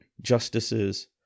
justices